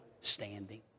standing